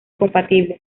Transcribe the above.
compatibles